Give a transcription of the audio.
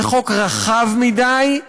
זה חוק רחב מדי,